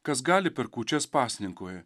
kas gali per kūčias pasninkauja